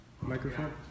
microphone